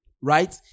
right